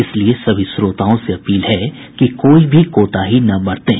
इसलिए सभी श्रोताओं से अपील है कि कोई भी कोताही न बरतें